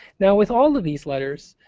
now with all of these letters,